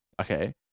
Okay